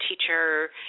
teacher